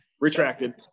Retracted